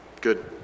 Good